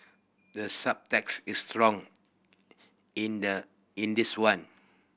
the subtext is strong in the in this one